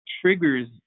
triggers